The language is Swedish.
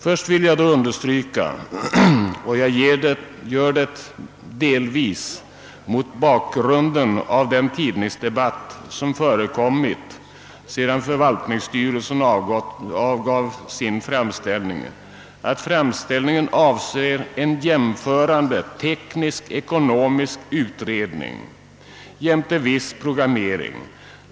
Först vill jag då understryka — jag gör det delvis mot bakgrunden av den tidningsdebatt som förekommit sedan förvaltningskontorets styrelse avgav sin framställning — att förslaget avser en jämförande teknisk-ekonomisk utredning jämte viss programmering.